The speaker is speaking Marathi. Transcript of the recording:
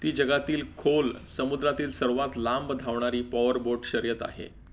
ती जगातील खोल समुद्रातील सर्वात लांब धावणारी पॉवर बोट शर्यत आहे